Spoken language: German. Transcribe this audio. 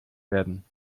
werden